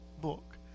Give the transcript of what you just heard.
book